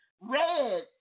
red